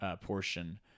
portion